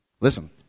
listen